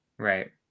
Right